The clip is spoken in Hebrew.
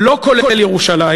לא כולל ירושלים,